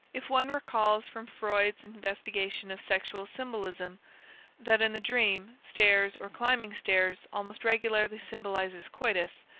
if one recalls from freud's investigation of sexual symbolism that in the dream stairs or climbing stairs almost regularly symbolizes coitus,